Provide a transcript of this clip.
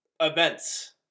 events